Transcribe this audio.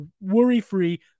worry-free